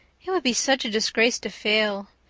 it would be such a disgrace to fail,